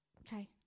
Okay